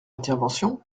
intervention